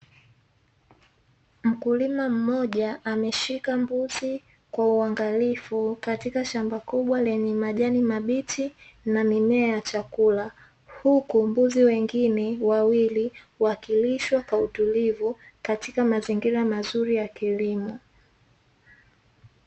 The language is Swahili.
Mkulima mmoja ameshika mbuzi kwa uangalifu katika shamba kubwa lenye majani mabichi na mimea ya chakula, huku mbuzi wengine wawili wakilishwa kwa utulivu katika mazingira mazuri ya kilimo.